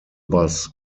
bus